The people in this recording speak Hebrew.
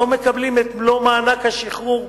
לא מקבלים את מלוא מענק השחרור,